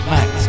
Max